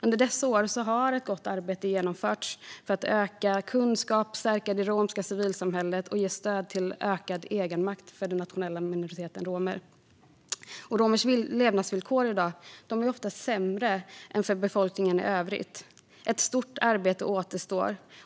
Under dessa år har ett gott arbete genomförts för att öka kunskapen, stärka det romska civilsamhället och ge stöd till ökad egenmakt för den nationella minoriteten romer. Romers levnadsvillkor i dag är oftast sämre än för befolkningen i övrigt, och ett stort arbete återstår.